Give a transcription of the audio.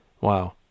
Wow